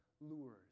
lures